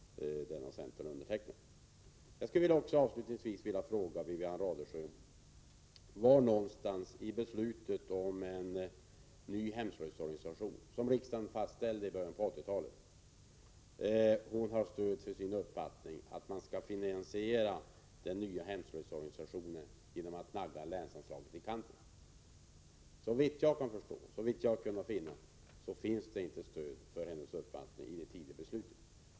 Den reservationen har centern undertecknat. Avslutningsvis vill jag fråga Wivi-Anne Radesjö var någonstans i beslutet om en ny hemslöjdsorganisation, som riksdagen fattade i början på 1980-talet, hon finner stöd för sin uppfattning att den nya hemslöjdsorganisationen skall finansieras genom att länsanslaget naggas i kanten. Såvitt jag har kunnat se finns det inte något stöd för hennes uppfattning i det tidigare beslutet.